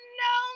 no